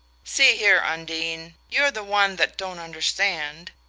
see here, undine you're the one that don't understand.